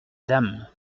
dame